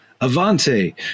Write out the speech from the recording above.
Avanti